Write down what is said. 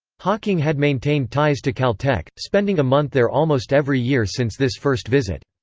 hawking had maintained ties to caltech, spending a month there almost every year since this first visit.